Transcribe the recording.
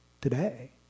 today